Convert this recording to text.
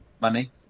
money